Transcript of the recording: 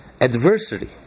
adversity